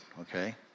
okay